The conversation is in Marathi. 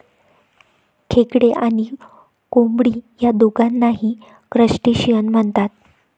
खेकडे आणि कोळंबी या दोघांनाही क्रस्टेशियन म्हणतात